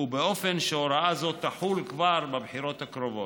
ובאופן שהוראה זו תחול כבר בבחירות הקרובות.